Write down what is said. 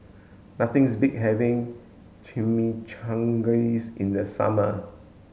nothings beats having Chimichangas in the summer